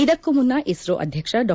ಇದಕ್ಕೂ ಮುನ್ನ ಇಸ್ತೋ ಅಧ್ಯಕ್ಷ ಡಾ